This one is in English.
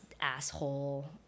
asshole